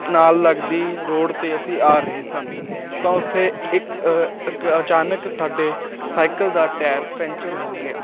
ਨਾਲ ਲੱਗਦੀ ਰੋਡ 'ਤੇ ਅਸੀਂ ਆ ਰਹੇ ਸਨ ਤਾਂ ਉੱਥੇ ਇੱਕ ਇੱਕ ਅਚਾਨਕ ਸਾਡੇ ਸਾਈਕਲ ਦਾ ਟਾਇਰ ਪੈਂਚਰ ਹੋ ਗਿਆ